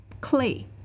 clay